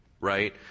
right